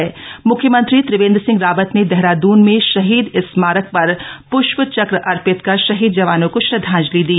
म्ख्यमंत्री त्रिवेन्द्र सिंह रावत ने देहरादून में शहीद स्मारक शर श्ष्थचक्र अर्थित कर शहीद जवानों को श्रद्धांजलि दी